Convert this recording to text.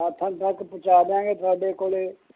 ਆਥਣ ਤੱਕ ਪਹੁੰਚਾ ਦਿਆਂਗੇ ਤੁਹਾਡੇ ਕੋਲ